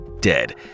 dead